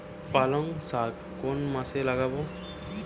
পালংশাক কোন মাসে লাগাব?